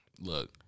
look